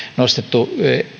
nostettu